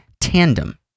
tandem